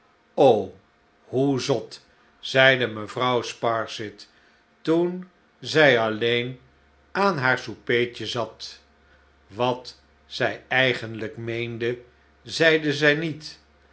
hoe zot zeide mevrouw sparsit toen zij alleen aan haar soupertje zat watzijeigenlijk meende zeide zij niet